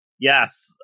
Yes